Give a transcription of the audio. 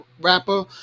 rapper